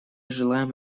желаем